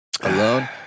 alone